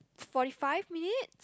forty five minutes